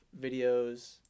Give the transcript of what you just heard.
videos